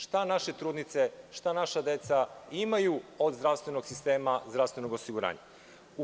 Šta naše trudnice, šta naša deca imaju od zdravstvenog sistema, zdravstvenog osiguranja?